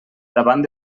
davant